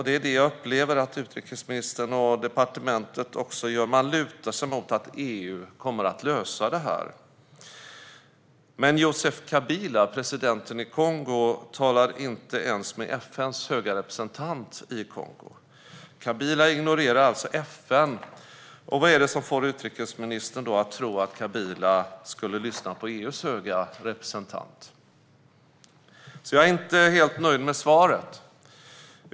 Det är vad jag upplever att utrikesministern och departementet också gör. Man lutar sig mot att EU kommer att lösa detta. Men Kongos president Joseph Kabila talar inte ens med FN:s höga representant i Kongo. Kabila ignorerar alltså FN. Vad är det som får utrikesministern att tro att Kabila skulle lyssna på EU:s höga representant? Jag är inte helt nöjd med svaret.